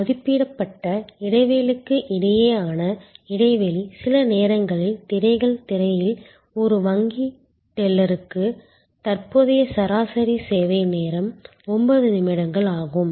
மதிப்பிடப்பட்ட இடைவெளிக்கு இடையேயான இடைவெளி சில நேரங்களில் திரைகள் திரையில் ஒரு வங்கி டெல்லருக்கு தற்போதைய சராசரி சேவை நேரம் 9 நிமிடங்கள் ஆகும்